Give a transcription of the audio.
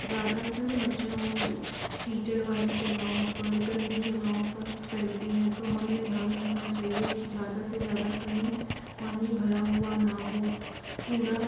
ज़्यादातर मच्छर कीचड़ वाली जगाहों पर गंदी जगाहों पर फैलते हैं तो हमें ध्यान रखना चहिए कि ज़्यादा से ज़्यादा कहीं पानी भरा हुआ ना हो कूड़ा